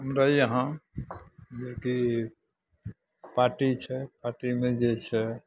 हमरा यहाँ जे कि पार्टी छै पार्टीमे जे छै